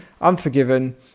unforgiven